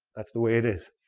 that's the way it is.